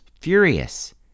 furious